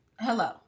Hello